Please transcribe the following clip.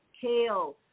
kale